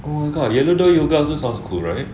oh my god yellow door yoga also sounds cool right